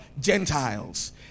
Gentiles